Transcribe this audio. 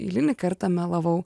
eilinį kartą melavau